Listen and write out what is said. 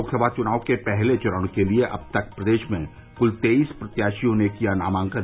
लोकसभा चुनाव के पहले चरण के लिए अब तक प्रदेश में कुल तेईस प्रत्याशियों ने किया नामांकन